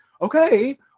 okay